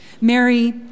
Mary